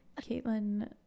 Caitlin